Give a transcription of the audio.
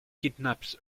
kidnaps